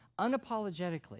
unapologetically